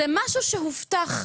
זה משהו שהובטח.